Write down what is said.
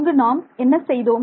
அங்கு நாம் என்ன செய்தோம்